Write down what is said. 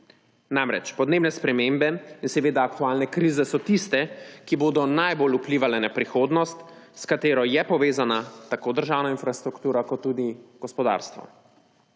Namreč podnebne spremembe in seveda aktualne krize so tiste, ki bodo najbolj vplivale na prihodnost, s katero je povezana tako državna infrastruktura kot tudi gospodarstvo.